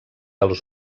els